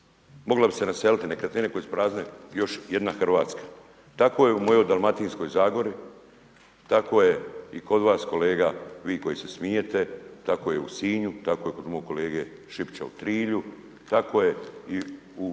mogla bi se naseliti nekretnine koje su prazne još jedna Hrvatska. Tako je u mojoj Dalmatinskoj zagori, tako je i kod vas kolega, vi koji se smijete, tako je u Sinju, tako je kod mog kolege Šipića u Trilju, tako je i u